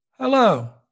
Hello